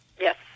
yes